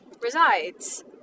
resides